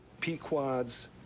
Pequod's